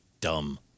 dumb